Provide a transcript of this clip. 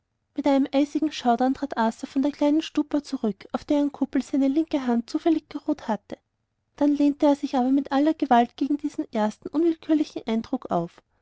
mit einem eisigen schaudern trat arthur von der kleinen stupa zurück auf deren kuppel seine linke hand zufällig geruht hatte dann lehnte er sich aber mit aller gewalt gegen diesen ersten unwillkürlichen eindruck auf